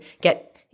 get